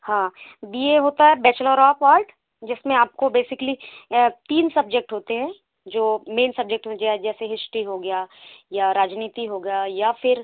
हाँ B A होता है बैचलर ऑफ़ आर्ट जिसमें आप को बेसिकली तीन सब्जेक्ट होते हैं जो मेन सब्जेक्ट में जैसे हिस्ट्री हो गया या राजनीति हो गया या फिर